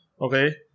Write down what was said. okay